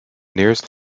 nearest